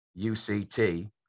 UCT